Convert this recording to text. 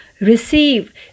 Receive